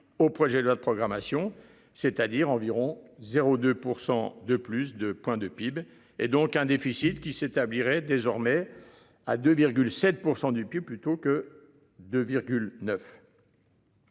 au projet de loi de programmation, c'est-à-dire environ 0 2 % de plus de points de PIB et donc un déficit qui s'établirait désormais à 2 7 % du PIB plutôt que de.